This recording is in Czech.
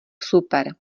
super